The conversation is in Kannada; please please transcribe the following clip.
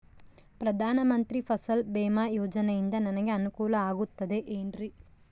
ಪ್ರಧಾನ ಮಂತ್ರಿ ಫಸಲ್ ಭೇಮಾ ಯೋಜನೆಯಿಂದ ನನಗೆ ಅನುಕೂಲ ಆಗುತ್ತದೆ ಎನ್ರಿ?